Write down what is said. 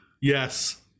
Yes